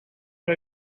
are